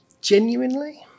genuinely